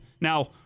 Now